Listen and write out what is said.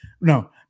no